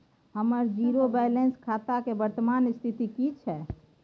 हमर zero balance खाता के वर्तमान स्थिति की छै?